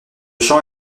chant